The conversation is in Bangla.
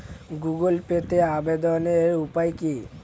গুগোল পেতে আবেদনের উপায় কি?